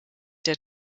der